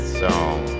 song